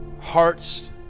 hearts